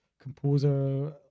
composer